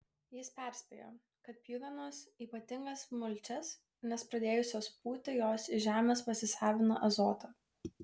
jis perspėjo kad pjuvenos ypatingas mulčias nes pradėjusios pūti jos iš žemės pasisavina azotą